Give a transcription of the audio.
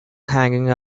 hanging